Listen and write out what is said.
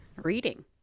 reading